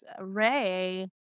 Ray